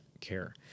care